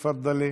תפדלי.